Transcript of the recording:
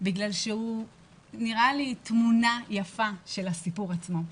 הוא נראה לי תמונה יפה של הסיפור עצמו.